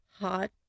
Hot